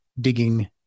digging